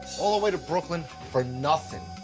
all the way to brooklyn for nothing.